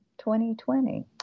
2020